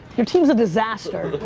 your team's a disaster